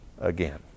again